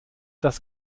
das